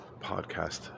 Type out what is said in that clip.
podcast